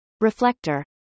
Reflector